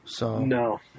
No